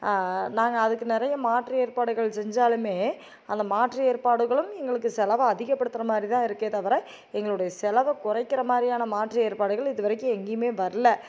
நாங்கள் அதுக்கு நிறைய மாற்று ஏற்பாடுகள் செஞ்சாலும் அந்த மாற்று ஏற்பாடுகளும் எங்களுக்கு செலவை அதிகப்படுத்துற மாதிரிதான் இருக்கே தவிர எங்களுடைய செலவை குறைக்குற மாதிரியான மாற்று ஏற்பாடுகள் இது வரைக்கும் எங்கேயுமே வரல